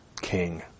king